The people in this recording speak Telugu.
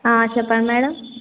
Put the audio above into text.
చెప్పండి మేడం